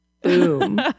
boom